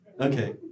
Okay